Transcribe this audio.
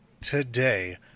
Today